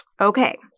Okay